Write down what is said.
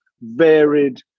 varied